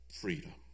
Freedom